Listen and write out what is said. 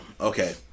Okay